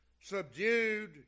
subdued